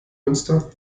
münster